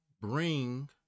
bring